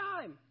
time